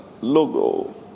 logo